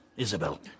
Isabel